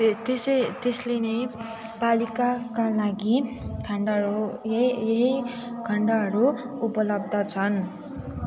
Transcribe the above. त्यो चाहिँ त्यसले नै बालिकाका लागि खण्डहरू यही खण्डहरू उपलब्ध छन्